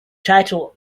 title